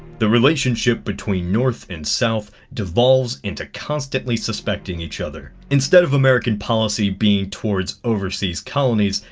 the relationship between north and south devolves into constantly suspecting each other. instead of american policy being towards overseas colonies,